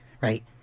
Right